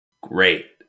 great